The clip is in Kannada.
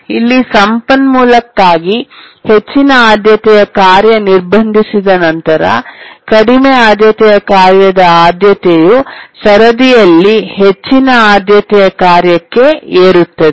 ಇಲ್ಲಿ ಸಂಪನ್ಮೂಲಕ್ಕಾಗಿ ಹೆಚ್ಚಿನ ಆದ್ಯತೆಯ ಕಾರ್ಯ ನಿರ್ಬಂಧಿಸಿದ ನಂತರ ಕಡಿಮೆ ಆದ್ಯತೆಯ ಕಾರ್ಯದ ಆದ್ಯತೆಯು ಸರದಿಯಲ್ಲಿ ಹೆಚ್ಚಿನ ಆದ್ಯತೆಯ ಕಾರ್ಯಕ್ಕೆ ಏರುತ್ತದೆ